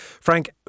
Frank